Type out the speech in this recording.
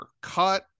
Cut